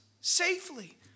safely